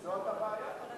זאת הבעיה.